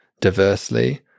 diversely